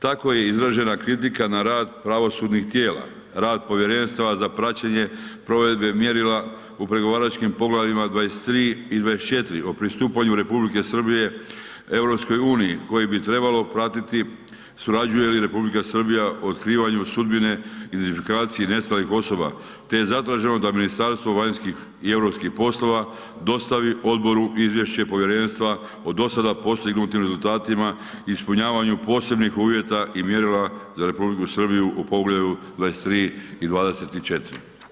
Tako je izražena kritika na rad pravosudnih tijela, rad Povjerenstva za praćenje provedbe mjerila u pregovaračkim poglavljima 23. i 24. o pristupanje Republike Srbije EU-i, koji bi trebalo pratiti surađuje li Republika Srbija u otkrivanju sudbine, identifikacije nestalih osoba te je zatraženo da Ministarstvo vanjskih i europskih poslova dostavi odboru izvješće povjerenstva o dosada postignutim rezultatima i ispunjavanju posebnih uvjeta i mjerila za RH u poglavlju 23. i 24.